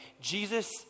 Jesus